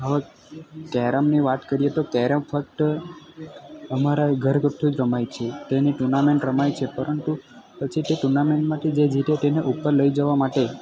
હવે કેરમની વાત કરીએ તો કેરમ ફક્ત અમારા ઘરગથ્થુ જ રમાય છે તેની ટુર્નામેન્ટ રમાય છે પરંતુ પછી તે ટુર્નામેન્ટમાંથી જે જીતે તેને ઉપર લઈ જવા માટે